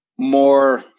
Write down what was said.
More